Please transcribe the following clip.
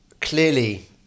clearly